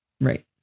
Right